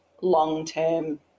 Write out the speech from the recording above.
long-term